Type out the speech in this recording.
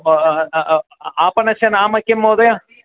आपणस्य नाम किं महोदय